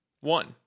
one